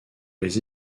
les